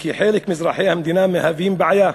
כי חלק מאזרחי המדינה הם בעיה,